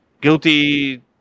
Guilty